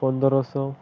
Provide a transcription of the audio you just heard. ପନ୍ଦରଶହ